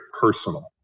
personal